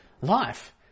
life